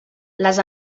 les